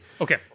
Okay